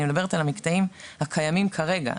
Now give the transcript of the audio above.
אני מדברת על המקטעים הקיימים כרגע,